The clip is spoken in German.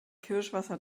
kirschwasser